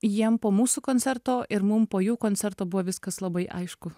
jiem po mūsų koncerto ir mum po jų koncerto buvo viskas labai aišku